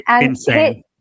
Insane